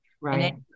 Right